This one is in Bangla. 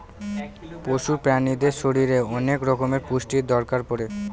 পশু প্রাণীদের শরীরে অনেক রকমের পুষ্টির দরকার পড়ে